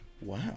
Wow